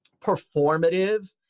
performative